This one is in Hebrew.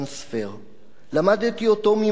למדתי אותו ממורי ורבותי,